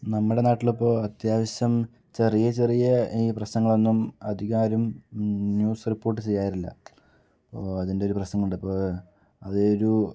നമ്മുടെ നാട്ടിലിപ്പോൾ അത്യാവശ്യം ചെറിയ ചെറിയ ഈ പ്രശ്നങ്ങളൊന്നും അധികം ആരും ന്യൂസ് റിപ്പോർട്ട് ചെയ്യാറില്ല അപ്പോൾ അതിൻ്റെ ഒരു പ്രശ്നം കൊണ്ടിപ്പോൾ അതൊരു